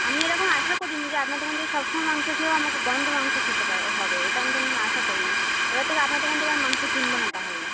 আমি এরকম আশা করিনি যে আপনার দোকান থেকে সবসময় মাংস খেয়েও আমাকে গন্ধ মাংস খেতে হবে এটা আমি কোনোদিন আশা করিনি এবার থেকে আপনার দোকান থেকে আর মাংস কিনবো না তাহলে